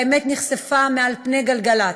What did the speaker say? והאמת נחשפה מעל פני גלגל"צ.